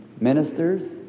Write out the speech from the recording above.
ministers